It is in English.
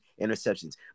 interceptions